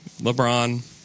LeBron